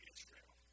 Israel